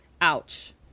ouch